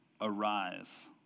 Arise